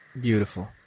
Beautiful